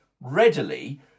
readily